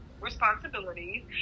responsibilities